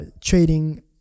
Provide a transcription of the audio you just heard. trading